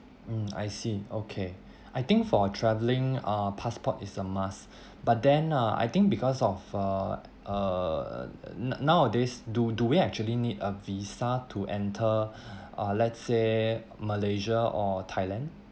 mm I see okay I think for travelling uh passport is a must but then uh I think because of uh err uh nowadays do do we actually need a visa to enter uh let's say malaysia or thailand